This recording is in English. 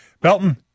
Belton